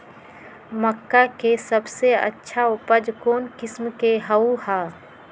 मक्का के सबसे अच्छा उपज कौन किस्म के होअ ह?